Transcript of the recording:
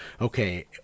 okay